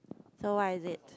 so what is it